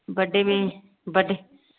बड्डे में बड्डे